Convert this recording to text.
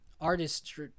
artists